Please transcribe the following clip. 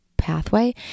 Pathway